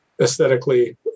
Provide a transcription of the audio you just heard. aesthetically